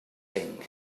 thing